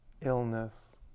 Illness